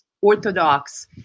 Orthodox